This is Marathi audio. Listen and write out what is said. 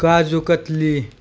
काजूकतली